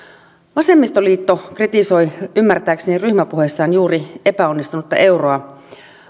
vasemmistoliitto kritisoi ymmärtääkseni ryhmäpuheessaan juuri epäonnistunutta euroa